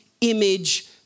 image